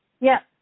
Yes